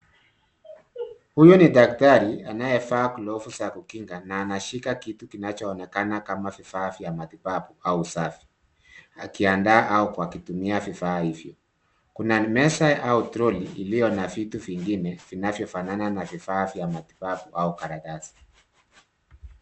Huyu ni daktari anayevaa glovu za kukinga, na anashika kitu kinachoonekana kama vifaa vya matibabu au usafi. Akiandaa au kutumia vifaa hivyo. Kuna meza au toroli iliyo na vitu vingine vinavyofanana vya matibabu au karatasi.